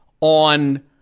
on